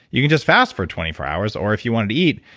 you can just fast for twenty four hours. or if you wanted to eat,